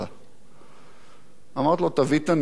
אמרתי לו: תביא את הנייר, אני חותם לך עליו,